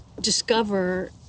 discover